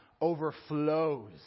overflows